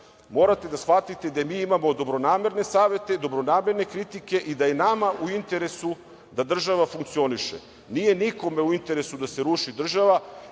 Morate da shvatite da mi imamo dobronamerne savete, dobronamerne kritike i da je nama u interesu da država funkcioniše. Nije nikome u interesu da se ruši